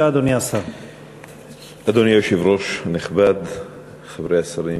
אדוני היושב-ראש, כבוד השר,